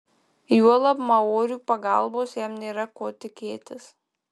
juolab maorių pagalbos jam nėra ko tikėtis